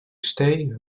stay